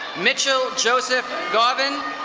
mitchell joseph garvin,